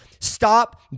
Stop